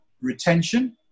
retention